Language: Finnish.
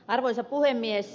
arvoisa puhemies